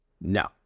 No